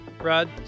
Rod